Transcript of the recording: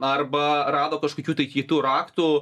arba rado kažkokių tai kitų raktų